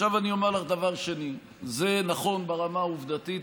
עכשיו אני אומר לך דבר שני: זה נכון ברמה העובדתית,